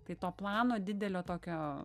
tai to plano didelio tokio